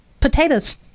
potatoes